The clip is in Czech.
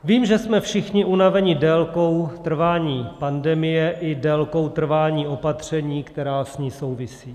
Vím, že jsme všichni unaveni délkou trvání pandemie i délkou trvání patření, která s ní souvisí.